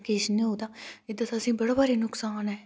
किछ ते एह् तां असैं गी बड़ा भारी नुक्सान ऐ